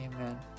amen